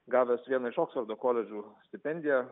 gavęs vieną iš oksfordo koledžų stipendiją